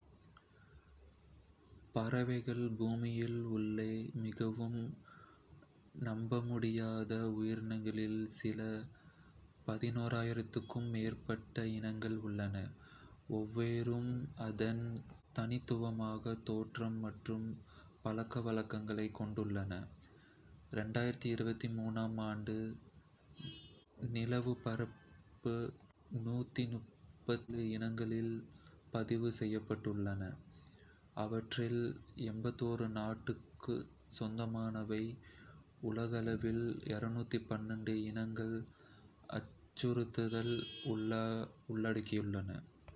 பறவைகள் பூமியில் உள்ள மிகவும் நம்பமுடியாத உயிரினங்களில் சில. க்கும் மேற்பட்ட இனங்கள் உள்ளன, ஒவ்வொன்றும் அதன் தனித்துவமான தோற்றம் மற்றும் பழக்கவழக்கங்களைக் கொண்டுள்ளன. ஆம் ஆண்டு நிலவரப்படி இனங்கள் பதிவு செய்யப்பட்டுள்ளன, அவற்றில் நாட்டிற்குச் சொந்தமானவை. உலகளவில் இனங்கள் அச்சுறுத்தலுக்கு உள்ளாகியுள்ளன.